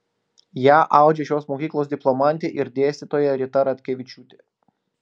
ją audžia šios mokyklos diplomantė ir dėstytoja rita ratkevičiūtė